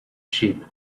sheep